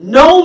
no